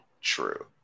True